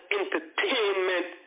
entertainment